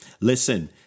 Listen